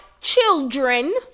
children